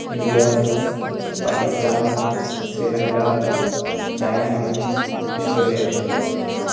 India Pakistan Sri Lanka China Australia